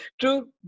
True